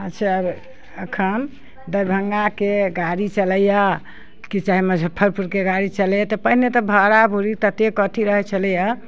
अच्छा अखन दरभङ्गाके गाड़ी चलैया कि चाहे मजफ्फरपुरके गाड़ी चलैया तऽ पहिने तऽ भाड़ा भूरी ततेक अथी रहैत छलैया